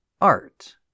art